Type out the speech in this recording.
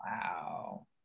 Wow